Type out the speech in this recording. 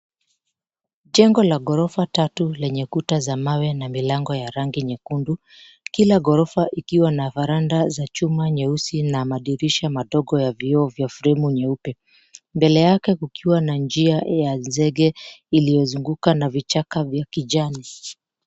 Jengo la ghorofa tatu lenye kuta za mawe na milango ya rangi nyekundu, kila ghorofa kiwa na veranda za chuma nyeusi madirisha madogo ya vioo vya fremu nyeupe mbele yake kukiwa na njia ya zege iliyozunguka na vichaka vya kijani.